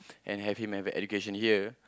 and have him have a education here